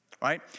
right